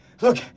Look